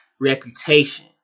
reputation